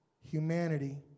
humanity